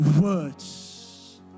words